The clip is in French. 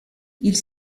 ils